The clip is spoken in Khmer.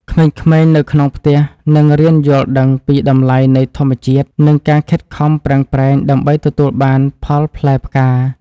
ក្មេងៗនៅក្នុងផ្ទះនឹងរៀនយល់ដឹងពីតម្លៃនៃធម្មជាតិ និងការខិតខំប្រឹងប្រែងដើម្បីទទួលបានផលផ្លែផ្កា។